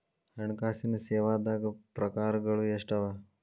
ಹಣ್ಕಾಸಿನ್ ಸೇವಾದಾಗ್ ಪ್ರಕಾರ್ಗಳು ಎಷ್ಟ್ ಅವ?